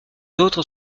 autres